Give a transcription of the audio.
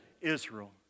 Israel